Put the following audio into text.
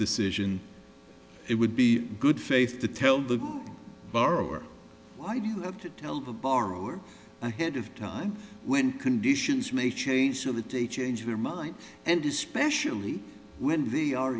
decision it would be good faith to tell the borrower why do you have to tell the borrower ahead of time when conditions may change so that they change their mind and especially when they are